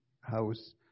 house